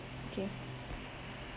okay